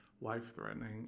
life-threatening